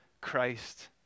Christ